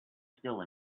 still